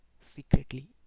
secretly